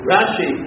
Rashi